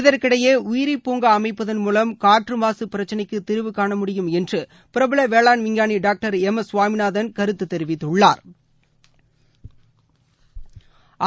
இதற்கிடையேஉயிரி பூங்காஅமைப்பதன் மூலம் காற்றுமாகபிரச்சினைக்குதீர்வு காண முடியூல் என்றுபிரபலவேளாண் விஞ்ஞானிடாக்டர் எம் ஸ்வாமிநாதன் கருத்துதெரிவித்துள்ளாா்